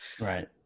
right